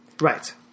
right